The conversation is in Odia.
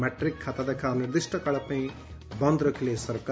ମାଟ୍ରିକ୍ ଖାତାଦେଖା ଅନିର୍ଦ୍ଦିଷ୍ କାଳ ପାଇଁ ବନ୍ଦ୍ ରଖିଲେ ସରକାର